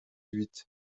huit